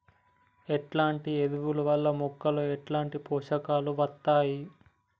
ఎట్లాంటి ఎరువుల వల్ల మొక్కలలో ఎట్లాంటి పోషకాలు వత్తయ్?